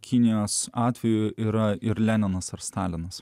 kinijos atveju yra ir leninas ar stalinas